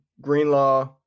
Greenlaw